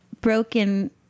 broken